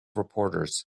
reporters